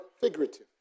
figurative